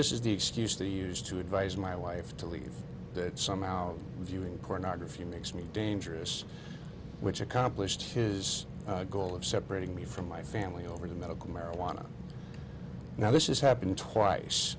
this is the excuse they used to advise my wife to leave that somehow viewing pornography makes me dangerous which accomplished his goal of separating me from my family over to medical marijuana now this is happened twice